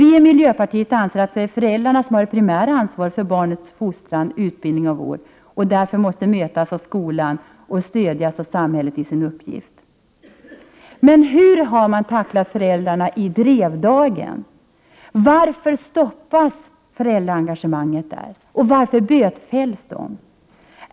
Vi i miljöpartiet anser att det är föräldrarna som har det primära ansvaret för barnets fostran, utbildning och vård. Därför måste de mötas av skolan och stödjas av samhället i sin uppgift. Hur har då föräldrarna i Drevdagen behandlats? Varför stoppas föräldraengagemanget där? Varför bötfälls de?